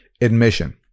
admission